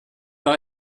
noch